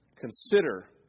Consider